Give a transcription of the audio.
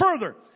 Further